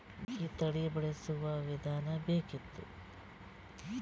ಮಟಕಿ ತಳಿ ಬಳಸುವ ವಿಧಾನ ಬೇಕಿತ್ತು?